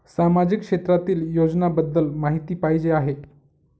सामाजिक क्षेत्रातील योजनाबद्दल माहिती पाहिजे आहे?